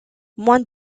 moins